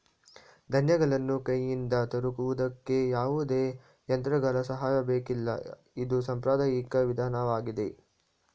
ಧಾನ್ಯಗಳನ್ನು ಕೈಯಿಂದ ತೋರುವುದಕ್ಕೆ ಯಾವುದೇ ಯಂತ್ರಗಳ ಸಹಾಯ ಬೇಕಿಲ್ಲ ಇದು ಸಾಂಪ್ರದಾಯಿಕ ವಿಧಾನವಾಗಿದೆ